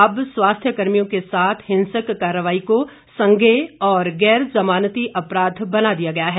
अब स्वास्थ्य कर्मियों के साथ हिंसक कार्रवाई को संज्ञेय और गैर जमानती अपराध बना दिया गया है